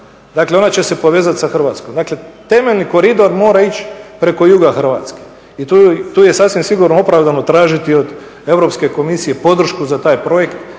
dakle ona će se povezat s Hrvatskom. Dakle temeljni koridor mora ići preko juga Hrvatske i tu je sasvim sigurno opravdano tražiti od Europske komisije podršku za taj projekt